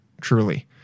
Truly